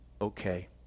okay